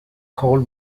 call